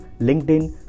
LinkedIn